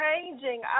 changing